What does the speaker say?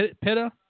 Pitta